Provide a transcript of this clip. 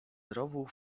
rowów